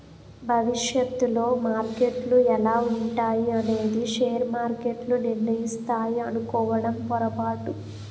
భవిష్యత్తులో మార్కెట్లు ఎలా ఉంటాయి అనేది షేర్ మార్కెట్లు నిర్ణయిస్తాయి అనుకోవడం పొరపాటు